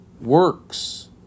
works